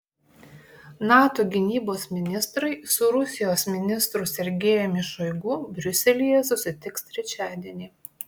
nato gynybos ministrai su rusijos ministru sergejumi šoigu briuselyje susitiks trečiadienį